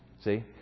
See